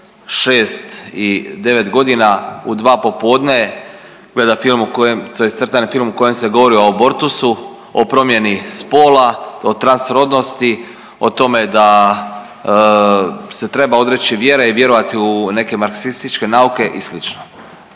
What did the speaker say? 6 i 9 godina u 2 popodne gleda film u kojem tj. crtani film o kojem se govori o abortusu, o promjeni spola, o transrodnosti, o tome da se treba odreći vjere i vjerovati u neke marksističke nauke i